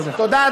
תודה.